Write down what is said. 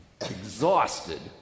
exhausted